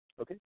Okay